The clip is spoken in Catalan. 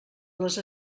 les